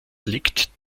liegt